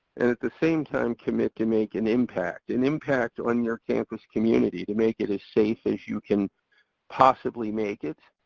and at the same time commit to make an impact, an impact on your campus community to make it as safe as you can possibly make it.